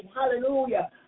Hallelujah